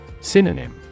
Synonym